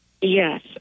Yes